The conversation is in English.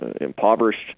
impoverished